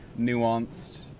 nuanced